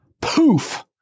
Poof